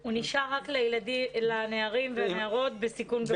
הוא נשאר רק לנערים והנערות בסיכון גבוה.